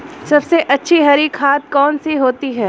सबसे अच्छी हरी खाद कौन सी होती है?